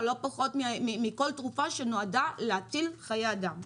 או לא פחות מכל תרופה שנועדה להציל חיי אדם.